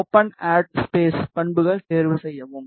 open ad space பண்புகள் தேர்வு செய்யவும்